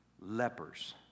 lepers